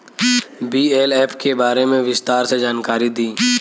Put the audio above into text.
BLF के बारे में विस्तार से जानकारी दी?